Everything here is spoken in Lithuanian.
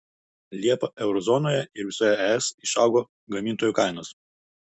liepą euro zonoje ir visoje es išaugo gamintojų kainos